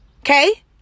Okay